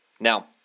Now